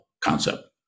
concept